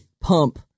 Pump